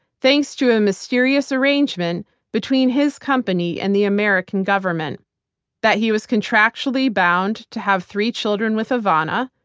thanks to a mysterious arrangement between his company and the american government that he was contractually bound to have three children with ivana,